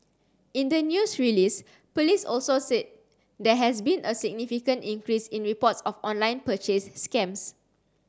in the news release police also said there has been a significant increase in reports of online purchase scams